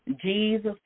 Jesus